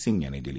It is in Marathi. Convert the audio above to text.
सिंग यांनी दिली